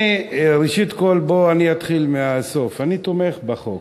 ראשית כול, בואו, אני אתחיל מהסוף, אני תומך בחוק